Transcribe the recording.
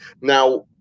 Now